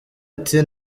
ati